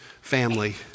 family